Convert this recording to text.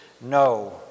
no